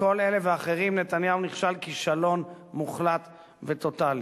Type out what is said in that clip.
בכל אלה ואחרים נתניהו נכשל כישלון מוחלט וטוטלי.